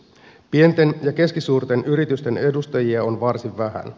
pienten ja keskisuurten yritysten edustajia on varsin vähän